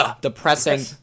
depressing